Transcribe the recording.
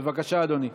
בבקשה, אדוני.